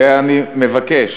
ואני מבקש,